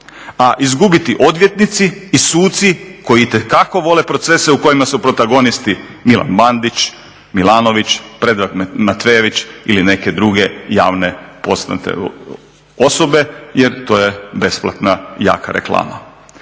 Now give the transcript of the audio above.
a izgubiti odvjetnici i suci koji itekako vole procese u kojima su protagonisti Milan Bandić, Milanović, Predrag Matvejević ili neke druge javne poznate osobe jer to je besplatna jaka reklama.